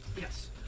Yes